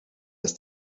ist